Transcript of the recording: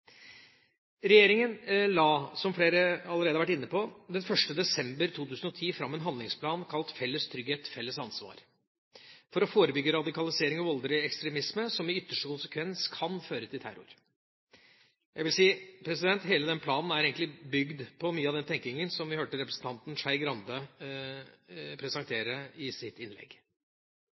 Regjeringa la, som flere allerede har vært inne på, den 1. desember 2010 fram en handlingsplan, kalt Felles trygghet – felles ansvar, for å forebygge radikalisering og voldelig ekstremisme, som i ytterste konsekvens kan føre til terror. Jeg vil si at hele den planen egentlig er bygd på mye av den tenkningen som vi hørte representanten Skei Grande presentere i sitt innlegg.